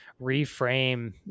reframe